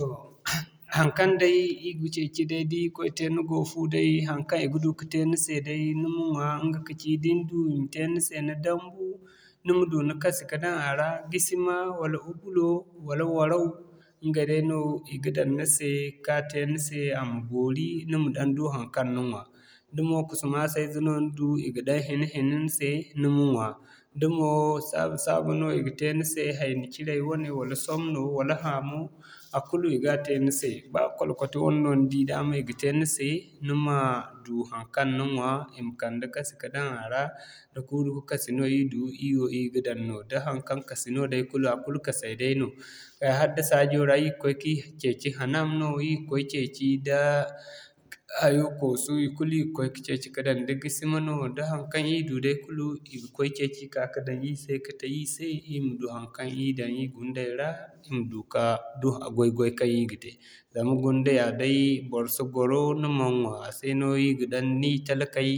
Toh haŋkaŋ day ir ga ceeci day da irkoy te ni go fu day, haŋkaŋ i ga du ka te ni se day ni ma ɲwa ɲga kaci da ni du i ma te ni se ni dambu, ni ma du ni kasi ka daŋ a ra, gisima wala fulo, da waraw ɲgay dayno i ga daŋ ni se ka te ni se a ma boori ni ma daŋ du haŋkaŋ ni ɲwa. Da mo kusu maasa ize no ni du, i ga daŋ hina-hina ni se ni ma ɲwa. Da mo, sabe-sabe no i ga te ni se, haini-ciray wane wala somno wala hamo, a kulu a ga te ni se ba kwalkwati no ni di daama i ga te ni se, ni ma du haŋkaŋ ni ɲwa, i ma kande kasi ka daŋ a ra, da gurum kasi no ir du, irwo ir ga daŋ no da haŋkaŋ kasi no day a kulu kasay day no. Kay hala da saajo ra ir ga koy ki ceeci hanam no ir ga koy ceeci da hayo koosu i kulu ir ga koy ka ceeci ka daŋ. Da gisima no, da haŋkaŋ ir du day kulu ir ga koy ceeci ka'ka daŋ ir se ka te ir se ir ma du haŋkaŋ ir daŋ ir gunday ra, ir ma du goy-goy kaŋ ir ga te. Zama gunde yaa day, bor si gwaro ni man ɲwa a se no ir ga daŋ ni talkay